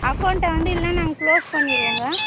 அக்கௌண்ட்டை வந்து இல்லைன்னா நாங்கள் க்ளோஸ் பண்ணிடுவோங்க